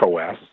OS